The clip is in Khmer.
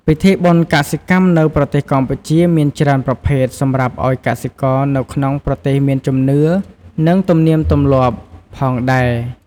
ពិធីបុណ្យកសិកម្មនៅប្រទេសកម្ពុជាមានច្រើនប្រភេទសម្រាប់អោយកសិករនៅក្នុងប្រទេសមានជំនឿនិងទំលៀមទម្លាប់ផងដែរ។